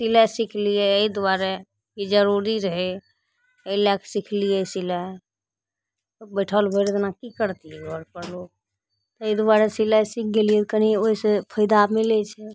सिलाइ सिखलियै अइ दुआरे ई जरूरी रहय अइ लएके सिखलियै सिलाइ बइठल भरि दिना की करतियै घरपर ओ तै दुआरे सिलाइ सीख गेलियै कनि ओइसँ फायदा मिलय छै